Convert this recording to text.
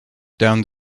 down